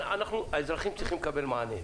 האזרחים צריכים לקבל מענה.